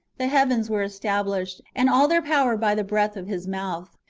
the heavens were established, and all their power by the breath of his mouth.